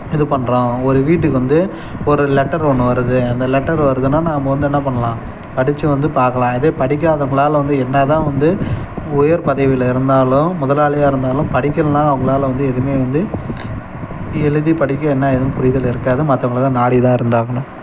இது பண்ணுறோம் ஒரு வீட்டுக்கு வந்து ஒரு லெட்டர் ஒன்று வருது அந்த லெட்டர் வருதுனால் நாம வந்து என்ன பண்ணலாம் படிச்சு வந்து பார்க்கலாம் அதே படிக்காதவங்களால் என்னதான் வந்து உயர் பதவியில இருந்தாலும் முதலாளியாக இருந்தாலும் படிக்கலைனா அவங்களால வந்து எதுவுமே வந்து எழுதிப் படிக்க என்ன ஏதுன்னு புரிதல் இருக்காது மத்தவங்களை தான் நாடிதான் இருந்தாகணும்